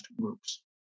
groups